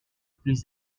plus